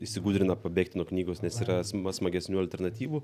įsigudrina pabėgti nuo knygos nes yra sma smagesnių alternatyvų